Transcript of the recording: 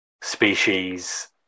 species